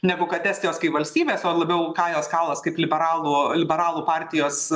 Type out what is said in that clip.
negu kad estijos kai valstybės o labiau kajos kalas kaip liberalų liberalų partijos